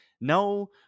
No